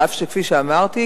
אף שכפי שאמרתי,